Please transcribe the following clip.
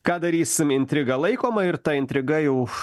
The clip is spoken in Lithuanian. ką darysim intriga laikoma ir ta intriga jau